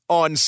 on